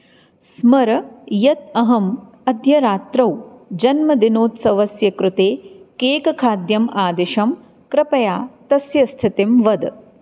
स्मर यत् अहम् अद्य रात्रौ जन्मदिनोत्सवस्य कृते केकखाद्यम् आदिशम् कृपया तस्य स्थितिं वद